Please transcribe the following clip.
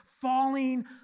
falling